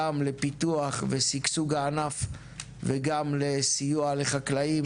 גם לפיתוח ושגשוג הענף וגם לסיוע לחקלאים